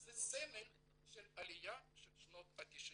זה סמל של העלייה של שנות התשעים.